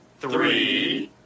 three